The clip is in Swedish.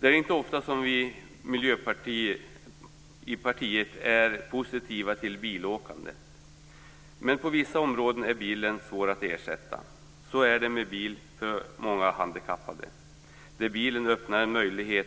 Det är inte ofta som vi i Miljöpartiet är positiva till bilåkandet, men på vissa områden är bilen svår att ersätta. Så är det för många handikappade för vilka bilen öppnar en möjlighet